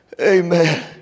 Amen